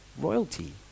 royalty